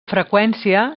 freqüència